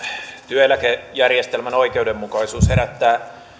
työeläkejärjestelmän oikeudenmukaisuus herättää